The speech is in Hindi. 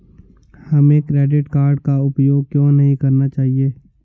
हमें क्रेडिट कार्ड का उपयोग क्यों नहीं करना चाहिए?